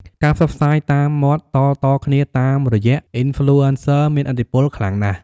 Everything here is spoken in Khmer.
ការផ្សព្វផ្សាយតាមមាត់តៗគ្នាតាមរយៈ អុីនផ្លូអេនសឹ មានឥទ្ធិពលខ្លាំងណាស់។